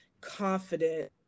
confident